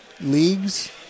leagues